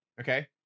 okay